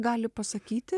gali pasakyti